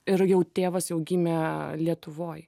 ir jau tėvas jau gimė lietuvoj